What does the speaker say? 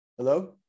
Hello